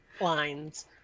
lines